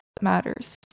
matters